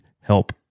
help